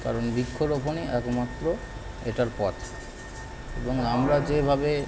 কারণ বৃক্ষরোপণই একমাত্র এটার পথ এবং আমরা যেভাবে